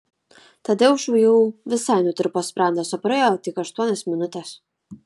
tadeušui jau visai nutirpo sprandas o praėjo tik aštuonios minutės